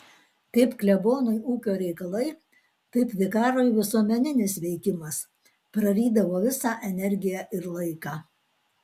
kaip klebonui ūkio reikalai taip vikarui visuomeninis veikimas prarydavo visą energiją ir laiką